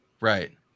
right